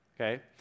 okay